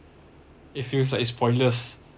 it feels like it's pointless